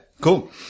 cool